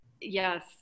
yes